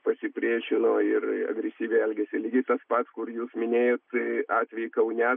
pasipriešino ir agresyviai elgėsi lygiai tas pat kur jūs minėjot atvejį kaune